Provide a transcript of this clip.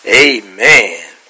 Amen